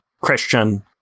Christian